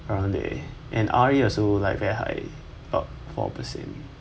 around there and R_A also like very high about four percent